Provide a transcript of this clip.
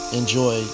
enjoy